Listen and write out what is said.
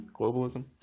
globalism